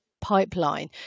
pipeline